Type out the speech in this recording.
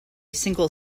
single